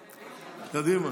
קדימה.